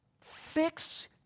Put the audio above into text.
fix